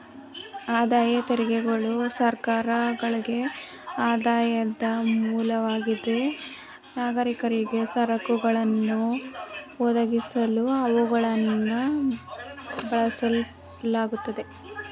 ಆದಾಯ ತೆರಿಗೆಗಳು ಸರ್ಕಾರಗಳ್ಗೆ ಆದಾಯದ ಮೂಲವಾಗಿದೆ ನಾಗರಿಕರಿಗೆ ಸರಕುಗಳನ್ನ ಒದಗಿಸಲು ಅವುಗಳನ್ನ ಬಳಸಲಾಗುತ್ತೆ